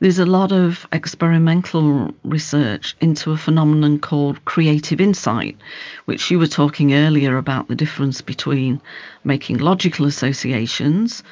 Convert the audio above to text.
there's a lot of experimental research into a phenomenon called creative insight which you were talking earlier about, the difference between making logical associations